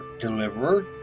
deliverer